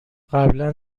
قبلا